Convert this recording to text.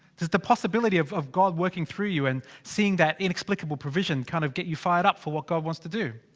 does the possibility of god god working through you, and. seeing that inexplicable provision, kind of get you fired up for what god wants to do?